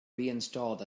reinstalled